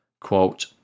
quote